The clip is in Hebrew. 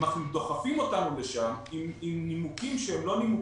דוחפים אותנו לשם עם נימוקים שהם לא נימוקים,